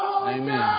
Amen